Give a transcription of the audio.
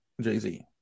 Jay-Z